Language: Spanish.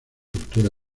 cultura